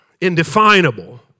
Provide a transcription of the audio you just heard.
indefinable